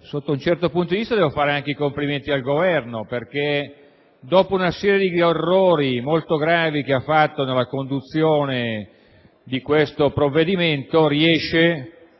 Sotto un certo punto di vista devo anche fare i complimenti al Governo, perché dopo una serie di errori molto gravi che ha fatto nella conduzione del provvedimento riesce,